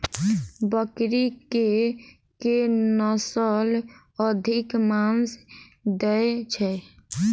बकरी केँ के नस्ल अधिक मांस दैय छैय?